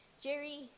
Jerry